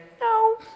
no